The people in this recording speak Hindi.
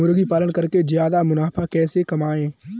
मुर्गी पालन करके ज्यादा मुनाफा कैसे कमाएँ?